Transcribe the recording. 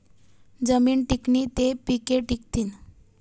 जमीन टिकनी ते पिके टिकथीन